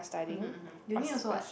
mmhmm mmhmm uni also what